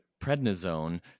prednisone